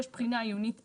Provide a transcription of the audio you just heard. יש בחינה עיונית אחת.